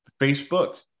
Facebook